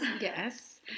Yes